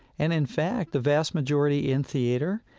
and in fact, the vast majority in theater,